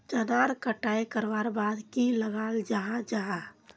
चनार कटाई करवार बाद की लगा जाहा जाहा?